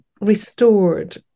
restored